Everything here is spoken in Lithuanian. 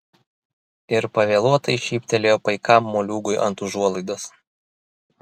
ir pavėluotai šyptelėjo paikam moliūgui ant užuolaidos